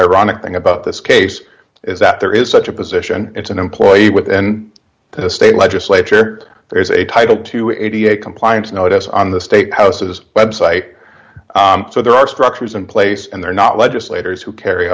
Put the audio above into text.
ironic thing about this case is that there is such a position it's an employee within the state legislature there's a title to eighty eight dollars compliance notice on the state houses website so there are structures in place and they're not legislators who carry